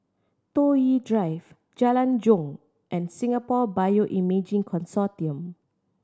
Toh Yi Drive Jalan Jong and Singapore Bioimaging Consortium